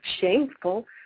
shameful